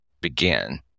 begin